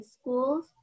schools